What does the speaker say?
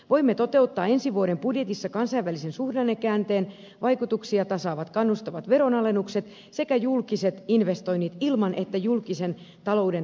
voimme toteuttaa ensi vuoden budjetissa kansainvälisen suhdannekäänteen vaikutuksia tasaavat kannustavat veronalennukset sekä julkiset investoinnit ilman että julkisen talouden tasapaino vaarantuu